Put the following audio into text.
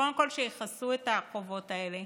קודם כול, שיכסו את החובות האלה.